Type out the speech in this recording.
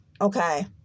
okay